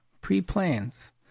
pre-plans